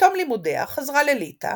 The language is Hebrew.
בתום לימודיה חזרה לליטא,